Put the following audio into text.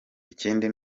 ikindi